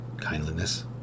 kindliness